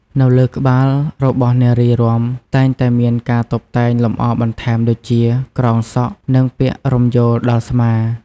នៅលើក្បាលរបស់នារីរាំតែងតែមានការតុបតែងលម្អបន្ថែម ដូចជា ក្រងសក់ និង ពាក់រំយោលដល់ស្មា។